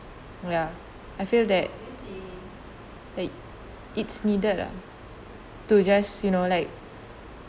ya I feel that it it's needed lah to just you know like